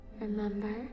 Remember